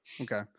Okay